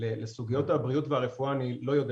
לסוגיות הבריאות והרפואה אני לא יודע